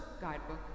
guidebook